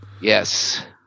Yes